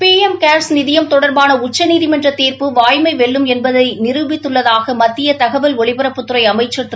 PM CARES நிதியம் தொடர்பான உச்சநீதிமன்ற தீர்ப்பு வாய்மை வெல்லும் என்பதை நிரூபித்துள்ளதாக மத்திய தகவல் ஒலிபரப்புத்துறை அமைச்சர் திரு